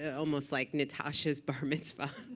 almost like natasha's bar mitzvah